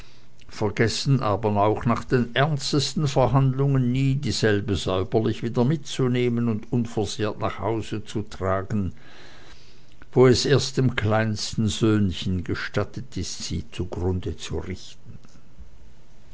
vergessen aber auch nach den ernstesten verhandlungen nie dieselbe säuberlich wieder mitzunehmen und unversehrt nach hause zu tragen wo es erst dem kleinsten söhnchen gestattet ist sie zugrunde zu richten